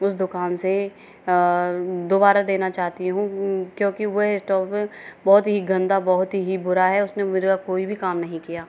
उस दुकान से दोबारा देना चाहती हूँ क्योंकि वह स्टोप बहुत ही गंदा बहुत ही बुरा है उसने मेरा कोई भी काम नहीं किया